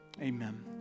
amen